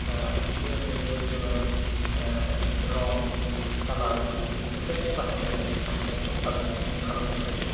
दा बिनि अनगायैबो जोङो रं खालार बिखो जों बाहायनानै आखिनायखो साबसिन हामसिन खालामनो हायो